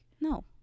No